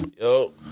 Yo